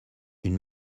une